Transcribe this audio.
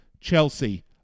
Chelsea